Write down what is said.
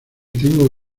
tengo